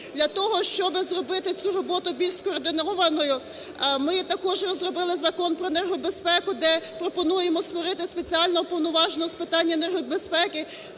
Для того, щоб зробити цю роботу більш скоординованою ми також розробили Закон про енергобезпеку, де пропонуємо створити спеціально уповноваженого з питань енергобезпеки,